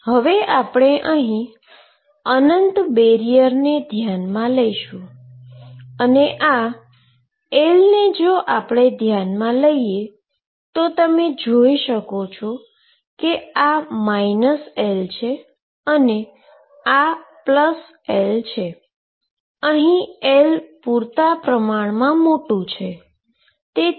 હવે આપણે અહી અનંત બેરીઅર ને ધ્યાનમાં લઈશું અને આ L ને જો આપણે ધ્યાનમા લઈએ તો તમે જોઈ શકો છો કે આ -L છે અને આ L છે